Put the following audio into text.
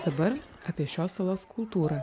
dabar apie šios salos kultūrą